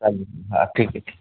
चालेल हां ठीक आहे ठीक आहे